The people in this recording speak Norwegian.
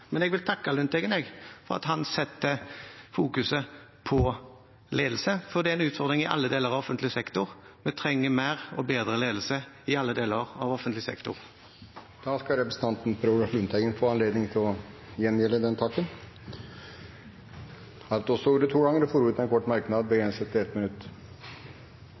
Men jeg vil takke Lundteigen for at han setter ledelse i fokus, for det er en utfordring i alle deler av offentlig sektor. Vi trenger mer og bedre ledelse i alle deler av offentlig sektor. Da skal representanten Per Olaf Lundteigen få anledning til å gjengjelde den takken. Han har også hatt ordet to ganger og får ordet til en kort merknad, begrenset til 1 minutt.